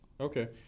Okay